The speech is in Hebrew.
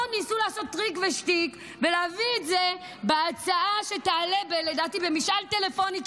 פה ניסו לעשות טריק ושטיק ולהביא זה בהצעה שתעלה לדעתי במשאל טלפוני,